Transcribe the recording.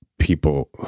People